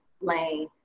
lane